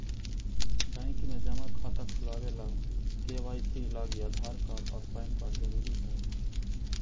bank में जमा खाता खुलावे ला के.वाइ.सी लागी आधार कार्ड और पैन कार्ड ज़रूरी हई